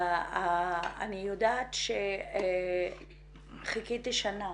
אני יודעת שחיכיתי שנה